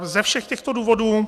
Ze všech těchto důvodů...